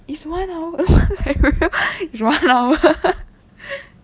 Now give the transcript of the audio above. is one hour is one hour